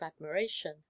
admiration